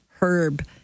herb